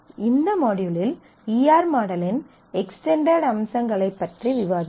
இந்த மாட்யூலில் E R மாடலின் எக்ஸ்டென்டெட் அம்சங்களைப் பற்றி விவாதித்தோம்